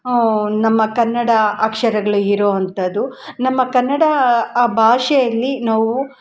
ನಮ್ಮ ಕನ್ನಡ ಅಕ್ಷರಗ್ಳು ಇರೋ ಅಂಥದು ನಮ್ಮ ಕನ್ನಡ ಆ ಭಾಷೆಯಲ್ಲಿ ನಾವು